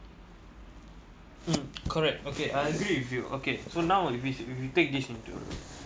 mm correct okay I agree with you okay so now if you take this into